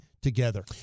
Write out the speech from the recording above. together